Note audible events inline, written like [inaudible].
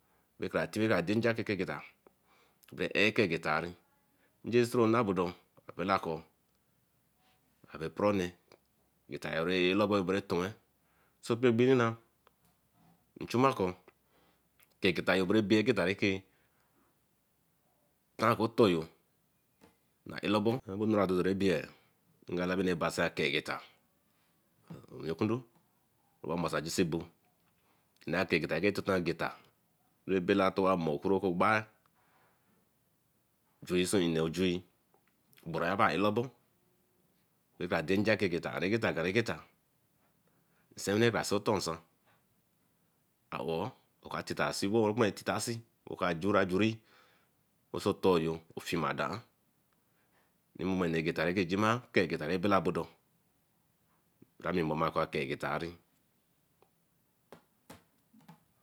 Kara tin dein nja kegeta bey eye kegeta e soro nah bodo aowe bay oporone [unintelligible] sosomgbibina inchumako kegetayo bay e geta ray ke otoryo ah alobo dorobae ea labi anu ke basa ageta nwekundo amasejusebo ma aketageta rebela two ageta towa mo tro-ogbeh jurisowejue beregba ah elobor rah cara dein nja ke egeta keregeta regeta. Okun nsewine Kara sey otor nsan awor cara tita see wey tita see okar ju wor ajuri oso-otoryo oka mor egeta ray jima kegeta rah bella bo- bodo. Amememo kegeta re.